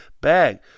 bag